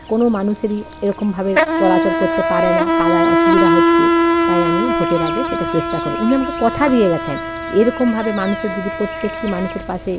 কোনো মানুষেরই এরকমভাবে চলাচল করতে পারে না কালাই অসুবিধা হচ্ছে তাই আমি ভোটের আগে সেটা চেষ্টা করবো উনি আমাকে কথা দিয়ে গেছেন এরকমভাবে মানুষের যদি প্রত্যেকটি মানুষের পাশে